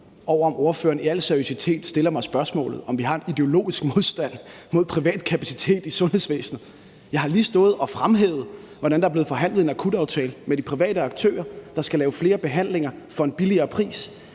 ordføreren i al seriøsitet stiller mig det spørgsmål, om vi har en ideologisk modstand mod privat kapacitet i sundhedsvæsenet. Jeg har lige stået og fremhævet, hvordan der er blevet forhandlet en akutaftale med de private aktører, der skal lave flere behandlinger for en lavere pris.